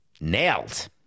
Nailed